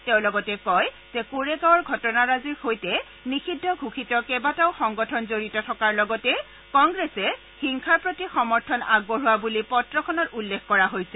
তেওঁ লগতে কয় যে কোৰেগাঁৱৰ ঘটনাৰাজিৰ সৈতে নিষিদ্ধ ঘোষিত কেইবাটাও সংগঠন জড়িত থকাৰ লগতে কংগ্ৰেছে হিংসাৰ প্ৰতি সমৰ্থন আগবঢ়োৱা বুলি পত্ৰখনত উল্লেখ কৰা হৈছে